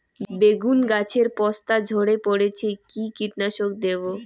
বেগুন গাছের পস্তা ঝরে পড়ছে কি কীটনাশক দেব?